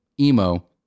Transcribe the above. Emo